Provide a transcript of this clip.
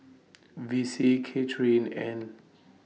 Vicy Kathryn and